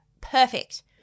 perfect